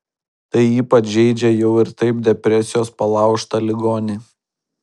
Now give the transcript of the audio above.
tai ypač žeidžia jau ir taip depresijos palaužtą ligonį